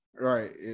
right